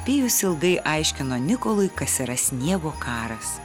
pijus ilgai aiškino nikolui kas yra sniego karas